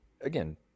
Again